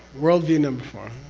worldview number four,